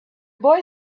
boy